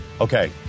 Okay